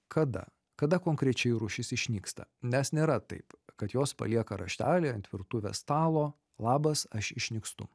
kada kada konkrečiai rūšis išnyksta nes nėra taip kad jos palieka raštelį ant virtuvės stalo labas aš išnykstu